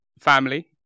family